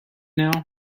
now